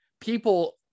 people